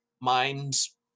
mind's